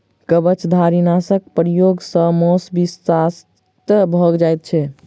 कवचधारीनाशक प्रयोग सॅ मौस विषाक्त भ जाइत छै